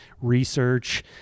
research